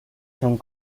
son